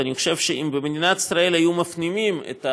אני חושב שאם במדינת ישראל של אז,